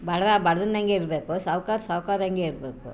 ಬಡವ ಬಡವನಂಗೆ ಇರಬೇಕು ಸಾವ್ಕಾರ ಸಾವ್ಕಾರಂಗೆ ಇರಬೇಕು